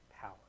power